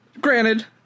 granted